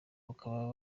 bakaba